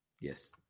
Yes